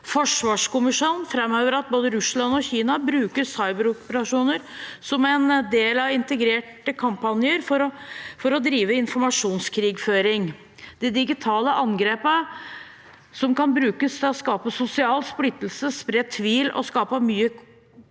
Forsvarskommisjonen framhever at både Russland og Kina bruker cyberoperasjoner som en del av integrerte kampanjer for å drive informasjonskrigføring. De digitale angrepene som kan brukes til å skape sosial splittelse, spre tvil og skape mye